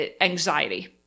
anxiety